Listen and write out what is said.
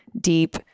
deep